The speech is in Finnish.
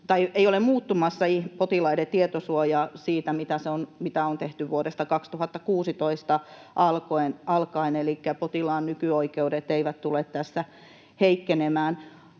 myötä ole muuttumassa potilaiden tietosuoja siitä, mitä on tehty vuodesta 2016 alkaen, elikkä potilaan nykyoikeudet eivät tule tässä heikkenemään.